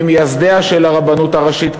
ממייסדיה של הרבנות הראשית,